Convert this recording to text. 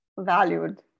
valued